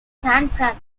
francisco